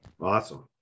awesome